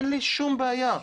אין לי שום בעיה.